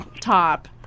top